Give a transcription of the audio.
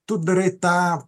tu darai tą